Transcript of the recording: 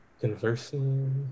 Conversing